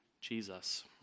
Jesus